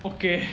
okay